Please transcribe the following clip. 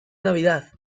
navidad